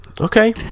okay